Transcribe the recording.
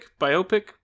Biopic